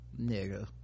Nigga